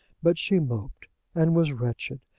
but she moped and was wretched,